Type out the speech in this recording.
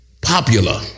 popular